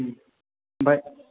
ओम ओमफ्राय